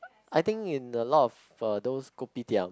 I think in a lot of those Kopitiam